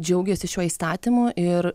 džiaugiasi šiuo įstatymu ir